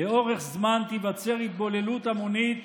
לאורך זמן תיווצר התבוללות המונית